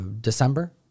December